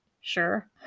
sure